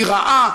היא רעה,